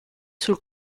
sul